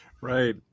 Right